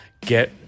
get